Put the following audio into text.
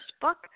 book